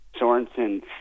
Sorensen